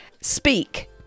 Speak